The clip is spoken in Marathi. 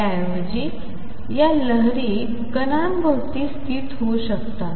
त्याऐवजी या लहरी कणा भोवती स्थित होउ शकतात